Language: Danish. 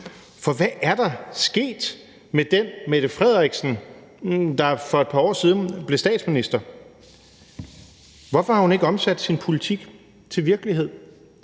for hvad er der sket med den Mette Frederiksen, der for et par år siden blev statsminister? Hvorfor har hun ikke omsat sin politik til virkelighed?